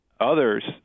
Others